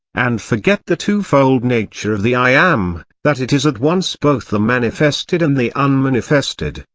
and forget the two-fold nature of the i am, that it is at once both the manifested and the unmanifested,